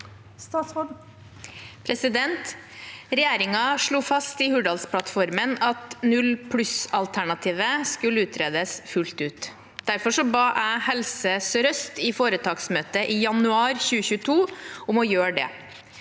Regjeringen slo fast i Hurdalsplattformen at null-pluss-alternativet skulle utredes fullt ut. Derfor ba jeg Helse Sør-Øst i foretaksmøte i januar 2022 om å gjøre dette.